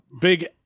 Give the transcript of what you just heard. big